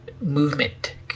movement